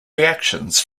reactions